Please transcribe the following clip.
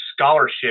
scholarship